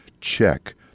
check